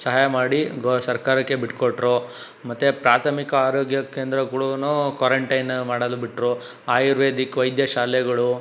ಸಹಾಯ ಮಾಡಿ ಸರ್ಕಾರಕ್ಕೆ ಬಿಟ್ಕೊಟ್ರು ಮತ್ತೆ ಪ್ರಾಥಮಿಕ ಆರೋಗ್ಯ ಕೇಂದ್ರಗಳುನೂ ಕ್ವಾರಂಟೈನ್ ಮಾಡಲು ಬಿಟ್ರು ಆಯುರ್ವೇದಿಕ್ ವೈದ್ಯ ಶಾಲೆಗಳು